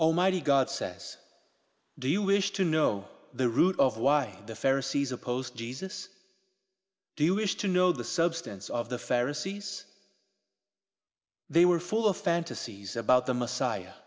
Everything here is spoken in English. almighty god says do you wish to know the root of why the pharisees opposed jesus do you wish to know the substance of the pharisees they were full of fantasies about the messiah